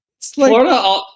Florida